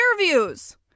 interviews